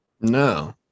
No